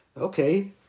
Okay